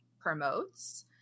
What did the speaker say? promotes